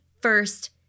first